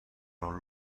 non